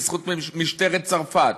בזכות משטרת צרפת.